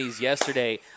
yesterday